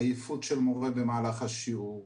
העייפות מורה במהלך השיעור,